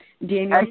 Daniel